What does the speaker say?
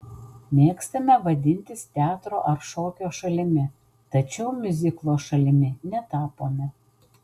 mėgstame vadintis teatro ar šokio šalimi tačiau miuziklo šalimi netapome